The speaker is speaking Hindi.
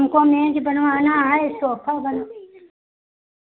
हमको मेज़ बनवाना है सोफ़ा बन